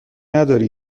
نداری